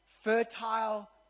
fertile